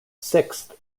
sixth